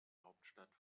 hauptstadt